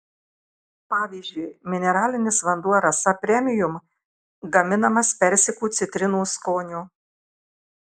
pavyzdžiui mineralinis vanduo rasa premium gaminamas persikų citrinų skonio